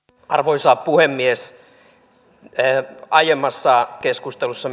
arvoisa puhemies aiemmassa keskustelussa